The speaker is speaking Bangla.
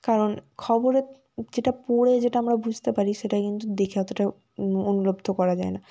কারণ খবরের যেটা পড়ে যেটা আমরা বুঝতে পারি সেটা কিন্তু দেখে অতটা অনুলব্ধ করা যায় না